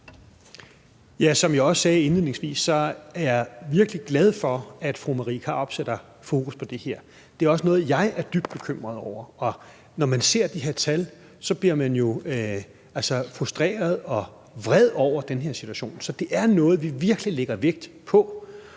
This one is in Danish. virkelig glad for, at fru Marie Krarup sætter fokus på det her. Det er også noget, jeg er dybt bekymret over. For når man ser de her tal, bliver man jo frustreret og vred over den her situation. Så det er noget, vi virkelig lægger vægt på,